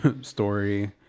story